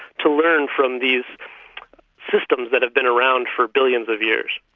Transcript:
to learn from these systems that have been around for billions of years.